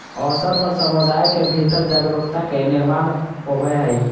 अवसर पर समुदाय के भीतर जागरूकता के निर्माण होबय हइ